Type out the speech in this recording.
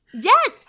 Yes